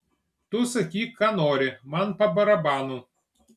tu sakyk ką nori man pa barabanu